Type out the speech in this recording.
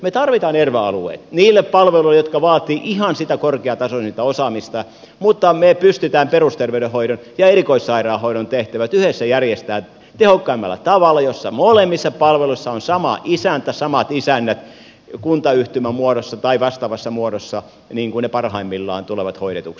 me tarvitsemme erva alueita niille palveluille jotka vaativat ihan sitä korkeatasoisinta osaamista mutta me pystymme perusterveydenhoidon ja erikoissairaanhoidon tehtävät yhdessä järjestämään tehokkaimmalla tavalla jossa molemmissa palveluissa on sama isäntä samat isännät kuntayhtymän muodossa tai vastaavassa muodossa niin kuin ne parhaimmillaan tulevat hoidetuksi